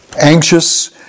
anxious